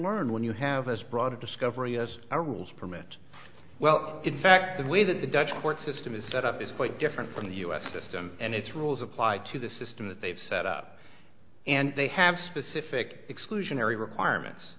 learn when you have as broad a discovery as our rules permit well in fact the way that the dutch court system is set up is quite different from the us system and its rules apply to the system that they've set up and they have specific exclusionary requirements